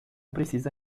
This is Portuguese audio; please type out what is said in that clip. precisa